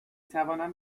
توانم